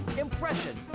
impression